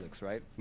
right